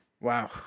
Wow